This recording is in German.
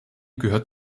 gehört